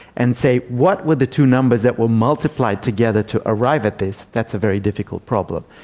and say what were the two numbers that were multiplied together to arrive at this? that's a very difficult problem.